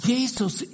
Jesus